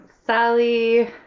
Sally